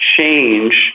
change